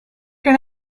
can